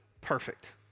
perfect